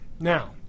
Now